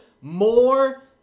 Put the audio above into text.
more